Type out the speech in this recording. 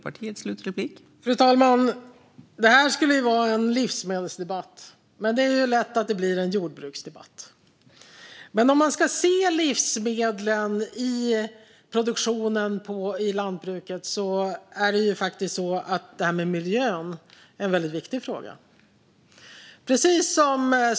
Fru talman! Det här skulle vara en livsmedelsdebatt, men det är lätt att det blir en jordbruksdebatt. Men låt oss se på livsmedlen i produktionen i lantbruket, och då är miljön en viktig fråga.